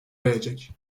verecek